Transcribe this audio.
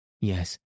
Yes